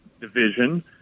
division